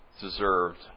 deserved